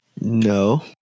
No